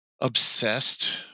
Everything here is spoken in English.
obsessed